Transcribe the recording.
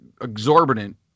exorbitant